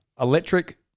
electric